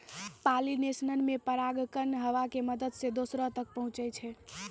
pollination मे परागकण हवा के मदत से दोसरो तक पहुचै छै